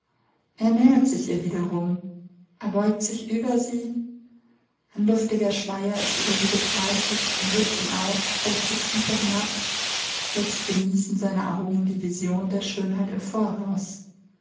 er nähert sich ihr wiederum er beugt sich über sie ein lustiger schleier ist über sie gebreitet er hebt ihn auf beugt sich tiefer hinab jetzt genießen seine augen die vision der schönheit im voraus